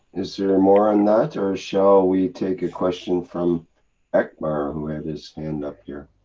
is there more on that, or shall we take a question from eckmar who had his hand up here?